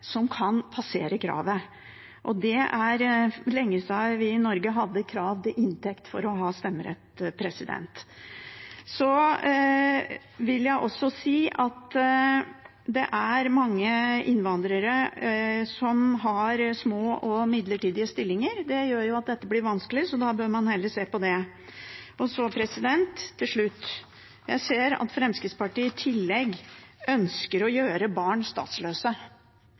som kan passere kravet. Det er lenge siden vi i Norge hadde krav til inntekt for å ha stemmerett. Jeg vil også si at det er mange innvandrere som har små og midlertidige stillinger. Det gjør at dette blir vanskelig, så da bør man heller se på det. Og til slutt: Jeg ser at Fremskrittspartiet i tillegg ønsker å gjøre barn statsløse.